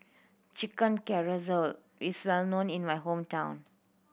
Chicken Casserole is well known in my hometown